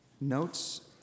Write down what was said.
notes